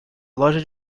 loja